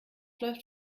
läuft